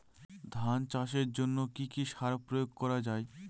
ধান চাষের জন্য কি কি সার প্রয়োগ করা য়ায়?